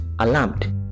Alarmed